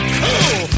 cool